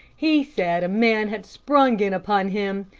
he said a man had sprung in upon him,